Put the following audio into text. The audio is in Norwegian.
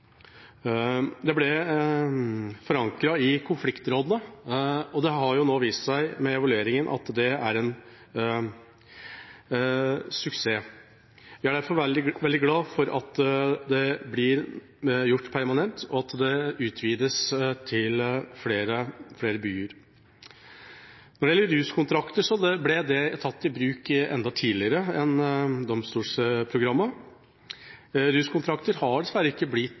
Det ble forankret i konfliktrådene, og det har nå vist seg ved evalueringen at det er en suksess. Vi er derfor veldig glad for at det blir gjort permanent, og at det utvides til flere byer. Når det gjelder ruskontrakter, ble de tatt i bruk enda tidligere enn domstolsprogrammet. Ruskontraktene har dessverre ikke blitt